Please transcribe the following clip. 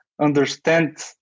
understand